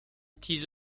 تیز